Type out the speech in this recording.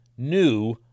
new